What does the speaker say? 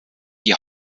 die